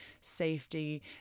safety